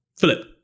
Philip